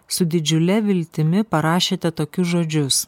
su didžiule viltimi parašėte tokius žodžius